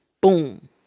Boom